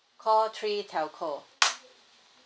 call three telco